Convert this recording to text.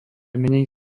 menej